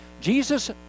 Jesus